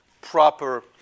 proper